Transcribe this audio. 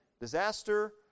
disaster